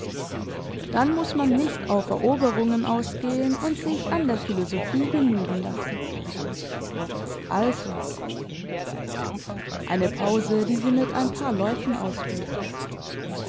dann muss man nicht auf eroberungen ausgehen und sich an der philosophie genügen lassen also eine pause die sie mit ein paar läufen ausfüllte